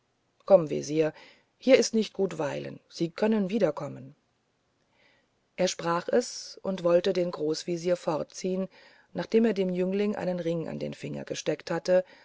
komm wesir hier ist nicht gut weilen sie können wiederkommen er sprach es und wollte den großwesir fortziehen nachdem er dem jüngling einen ring an den finger gesteckt hatte